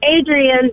adrian